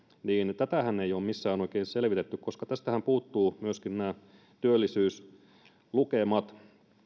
sitähän ei ole missään oikein selvitetty koska tästähän puuttuvat myöskin nämä työllisyyslukemat